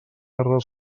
terra